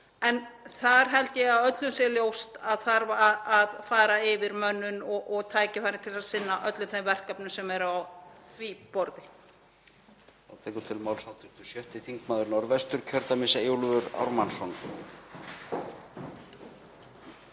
en þar held ég að öllum sé ljóst að þarf að fara yfir mönnun og tækifæri til að sinna öllum þeim verkefnum sem eru á því borði.